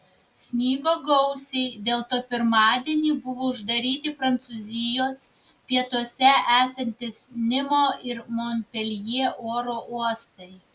snigo gausiai dėl to pirmadienį buvo uždaryti prancūzijos pietuose esantys nimo ir monpeljė oro uostai